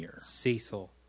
Cecil